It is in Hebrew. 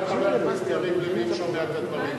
גם חבר הכנסת יריב לוין שומע את הדברים.